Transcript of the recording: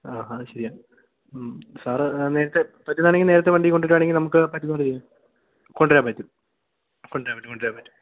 ആ ആ ശരിയാണ് സാർ നേരത്തെ പറ്റുന്നതാണെങ്കില് നേരത്തെ വണ്ടി കൊണ്ടുവരുവാണെങ്കില് നമുക്ക് പറ്റുന്നതുപോലെ ചെയ്യാം കൊണ്ടുവരാൻ പറ്റും കൊണ്ടുവരാൻ പറ്റും കൊണ്ടുവരാൻ പറ്റും